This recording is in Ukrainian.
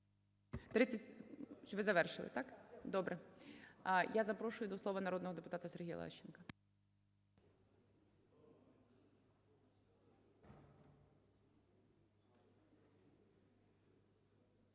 ви завершили. Так? Добре. Я запрошую до слова народного депутата Сергія Лещенка.